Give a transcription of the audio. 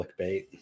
clickbait